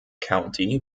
county